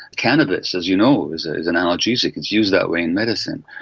cannabis, as you know, is is an analgesic, it's used that way in medicine.